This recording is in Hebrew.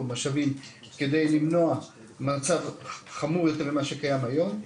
משאבים כדי למנוע מצב חמור יותר ממה שקיים היום,